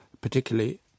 particularly